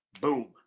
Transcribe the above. Boom